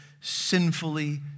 sinfully